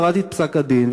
קראתי את פסק-הדין,